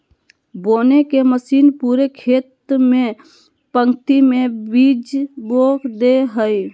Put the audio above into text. बोने के मशीन पूरे खेत में पंक्ति में बीज बो दे हइ